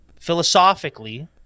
philosophically